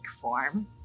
form